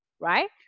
right